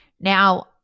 Now